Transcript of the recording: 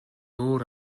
өөр